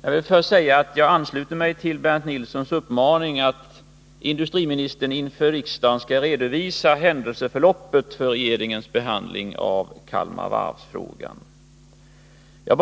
Varv AB Jag vill först säga att jag ansluter mig till Bernt Nilssons uppmaning att industriministern inför riksdagen skall redovisa händelseförlopppet när det gäller regeringens behandling av frågan om Kalmar Varv.